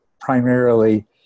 primarily